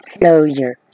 closure